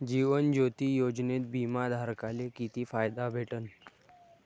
जीवन ज्योती योजनेत बिमा धारकाले किती फायदा भेटन?